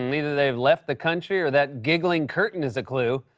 and either they've left the country, or that giggling curtain is a clue.